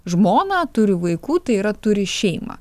žmoną turi vaikų tai yra turi šeimą